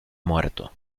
muerto